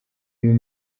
uyu